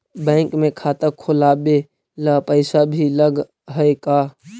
Bank में खाता खोलाबे ल पैसा भी लग है का?